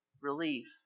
relief